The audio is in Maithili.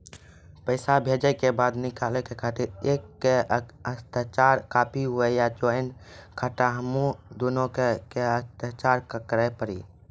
पैसा भेजै के बाद निकाले के खातिर एक के हस्ताक्षर काफी हुई या ज्वाइंट अकाउंट हम्मे दुनो के के हस्ताक्षर करे पड़ी?